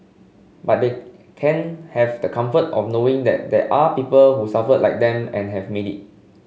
but they can have the comfort of knowing that there are people who suffered like them and have made it